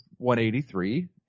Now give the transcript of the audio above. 183